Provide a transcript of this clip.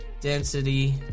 density